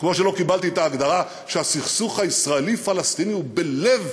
כמו שלא קיבלתי את ההגדרה שהסכסוך הישראלי פלסטיני הוא בלב,